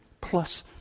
plus